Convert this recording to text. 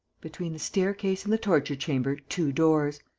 between the staircase and the torture-chamber, two doors.